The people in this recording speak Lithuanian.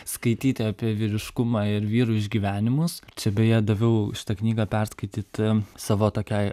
skaityti apie vyriškumą ir vyrų išgyvenimus čia beje daviau šitą knygą perskaityti savo tokiai